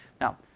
Now